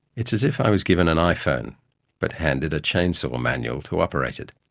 it's as if i was given an iphone but handed a chainsaw manual to operate it.